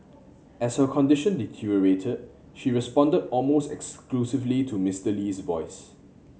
as her condition deteriorated she responded almost exclusively to Mister Lee's voice